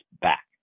back